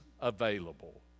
available